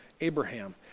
Abraham